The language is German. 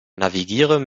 navigiere